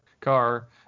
car